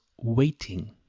waiting